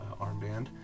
armband